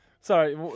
Sorry